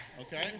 okay